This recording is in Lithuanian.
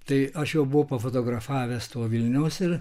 tai aš jau buvau pafotografavęs to vilniaus ir